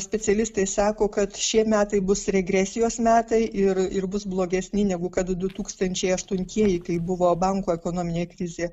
specialistai sako kad šie metai bus regresijos metai ir ir bus blogesni negu kad du tūkstančiai aštuntieji kai buvo bankų ekonominė krizė